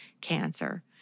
cancer